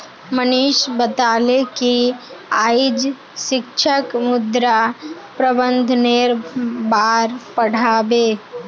मनीष बताले कि आइज शिक्षक मृदा प्रबंधनेर बार पढ़ा बे